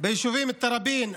ביישובים תראבין,